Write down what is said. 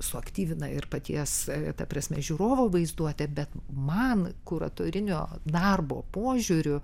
suaktyvina ir paties ta prasme žiūrovo vaizduotę bet man kuratorinio darbo požiūriu